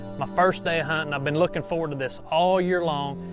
my first day of hunting. i've been looking forward to this all year long.